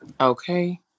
Okay